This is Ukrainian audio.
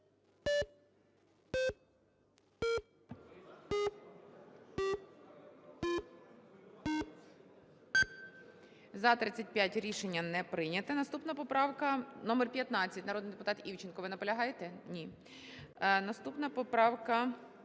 За-35 Рішення не прийнято. Наступна поправка - номер 15, народний депутат Івченко. Ви наполягаєте? Ні. Наступна поправка